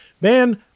man